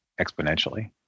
exponentially